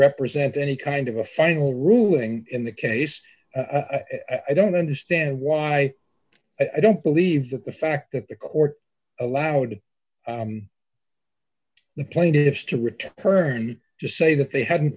represent any kind of a final ruling in the case i don't understand why i don't believe that the fact that the court allowed the plaintiffs to return to say that they hadn't